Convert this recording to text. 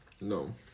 No